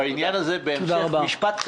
בעניין הזה אני ניסיתי,